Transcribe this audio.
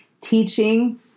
teaching